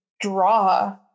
draw